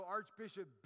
Archbishop